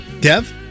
Dev